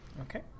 Okay